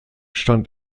stand